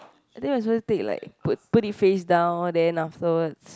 I think we're suppose to take like put put it face down then afterwards